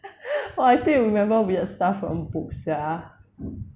!wah! you still remember weird stuff from the book sia